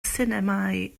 sinemâu